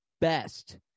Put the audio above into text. best